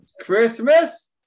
Christmas